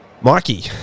Mikey